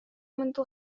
منذ